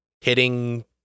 hitting